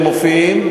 הם מופיעים,